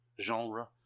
genre